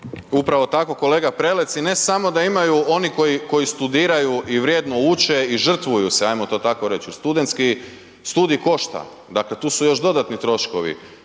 Upravo tako, kolega Prelec, i ne samo da imaju oni koji studiraju i vrijedno uče i žrtvuju se, hajmo to tako reći, studentski studij košta. Dakle, tu su još dodatni troškovi